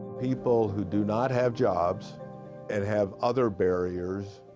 people who do not have jobs and have other barriers,